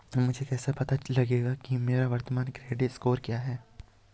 मुझे कैसे पता चलेगा कि मेरा वर्तमान क्रेडिट स्कोर क्या है?